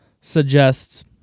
suggests